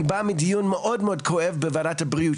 אני בא מדיון מאוד מאוד כואב בוועדת הבריאות,